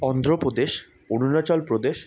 Andhra Pradesh Arunachal Pradesh